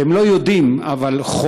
אתם לא יודעים, אבל חומה,